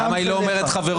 בטאבלט אין לנו את המספור